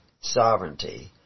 sovereignty